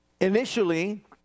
Initially